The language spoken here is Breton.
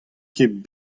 ket